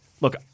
look